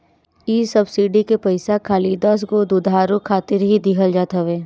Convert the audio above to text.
इ सब्सिडी के पईसा खाली दसगो दुधारू खातिर ही दिहल जात हवे